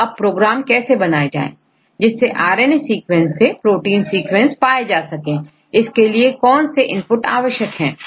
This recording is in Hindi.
तो अब प्रोग्राम कैसे बनाए जाए जिससे आर एन ए सीक्वेंस से प्रोटीन सीक्वेंस पाए जा सके इसके लिए कौन से इनपुट आवश्यक है